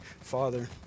father